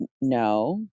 no